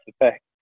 effect